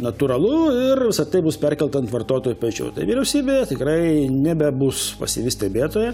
natūralu ir visa tai bus perkelta ant vartotojo pečių tai vyriausybė tikrai nebebus pasyvi stebėtoja